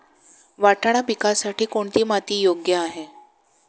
वाटाणा पिकासाठी कोणती माती योग्य आहे?